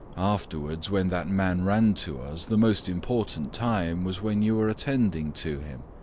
afterwards when that man ran to us, the most important time was when you were attending to him,